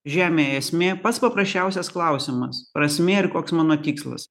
žemėj esmė pats paprasčiausias klausimas prasmė ir koks mano tikslas